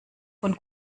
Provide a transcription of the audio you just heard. von